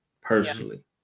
personally